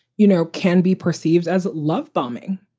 you know, can be perceived as love bombing.